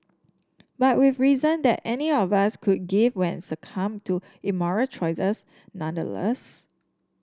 but with reason that any of us could give when succumbed to immoral choices nonetheless